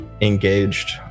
engaged